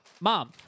mom